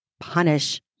punish